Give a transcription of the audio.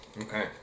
Okay